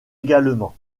également